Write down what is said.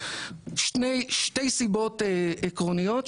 שתי סיבות עקרוניות,